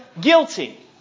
guilty